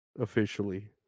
officially